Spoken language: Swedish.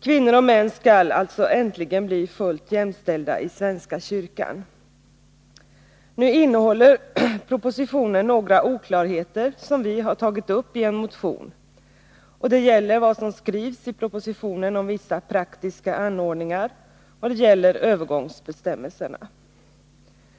Kvinnor och män skall alltså äntligen bli fullt jämställda i svenska kyrkan. Nu innehåller propositionen några oklarheter, som vi har tagit upp i en motion. Det gäller vad som skrivs i propositionen om vissa praktiska anordningar, och det gäller övergångsbestämmelserna.